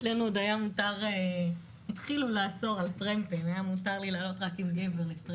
אצלנו רק התחילו לאסור על עליה על טרמפים.